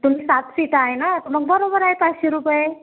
तुमचं सात सीट आ आहे ना तर मग बरोबर आहे पाचशे रुपये